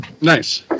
Nice